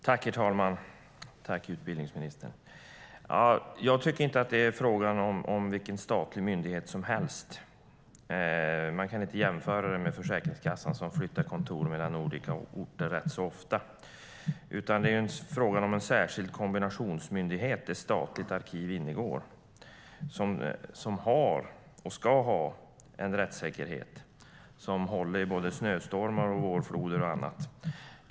Herr talman! Jag tackar utbildningsministern. Jag tycker inte att det är fråga om vilken statlig myndighet som helst. Man kan inte jämföra den med Försäkringskassan, som flyttar kontor mellan olika orter rätt så ofta, utan det är fråga om en särskild kombinationsmyndighet där ett statligt arkiv ingår. Det har och ska ha en rättssäkerhet som håller i både snöstormar, vårfloder och annat.